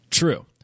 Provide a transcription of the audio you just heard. True